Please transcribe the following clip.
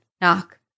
Knock